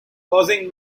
causing